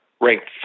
ranked